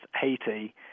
Haiti